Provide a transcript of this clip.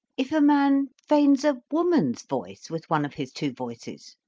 if a man feigns a woman's voice with one of his two voices,